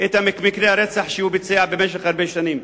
את מקרי הרצח שהוא ביצע במשך הרבה שנים.